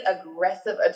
aggressive